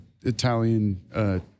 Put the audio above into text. Italian